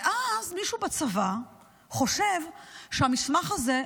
ואז מישהו בצבא חושב שהמסמך הזה,